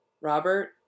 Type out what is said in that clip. Robert